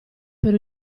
per